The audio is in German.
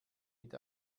mit